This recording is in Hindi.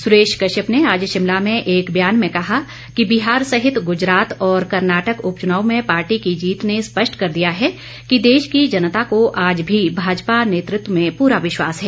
सुरेश कश्यप ने आज शिमला में एक बयान में कहा कि बिहार सहित गुजरात और कर्नाटक उपचुनाव में पार्टी की जीत ने स्पष्ट कर दिया है कि देश की जनता को आज भी भाजपा नेतृत्व में पूरा विश्वास है